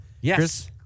Yes